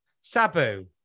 Sabu